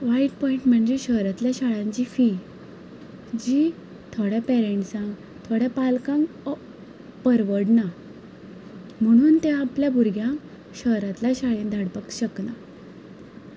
वायट पोयंट म्हणजे शहरांतल्या शाळांची फी जी थोड्या पेरेंण्सांक थोड्या पालकांक परवडना म्हणून ते आपल्या भुरग्यांक शहरांतल्या शाळेन धाडपाक शकना